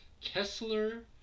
Kessler